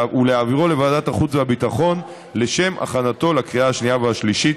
ולהעבירו לוועדת החוץ והביטחון לשם הכנתו לקריאה השנייה והשלישית.